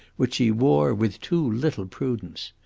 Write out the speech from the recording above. which she wore with too little prudence.